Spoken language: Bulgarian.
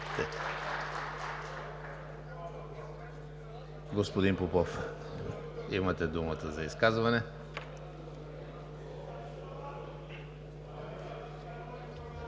Господин Попов, имате думата, за изказване.